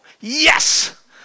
Yes